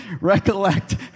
Recollect